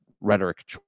rhetoric